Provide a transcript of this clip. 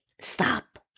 stop